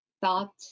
thought